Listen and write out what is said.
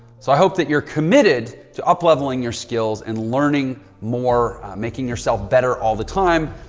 so i hope that you're committed to upleveling your skills and learning more, making yourself better all the time.